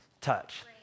touch